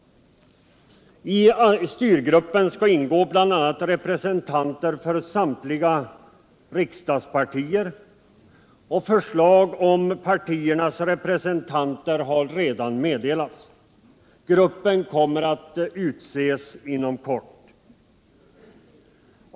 I styrgruppen skall ingå bl.a. representanter för samtliga riksdagspartier, och förslag om partiernas representanter har redan meddelats. Gruppen kommer att utses inom kort.